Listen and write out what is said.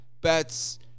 bets